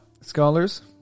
scholars